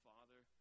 Father